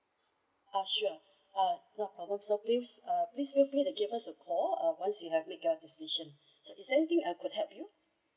uh sure uh no I hope so please uh please feel free to give us a call uh once you have make a decision so is there anything I could help you